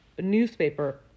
newspaper